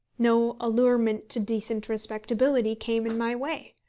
no allurement to decent respectability came in my way.